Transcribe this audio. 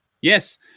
Yes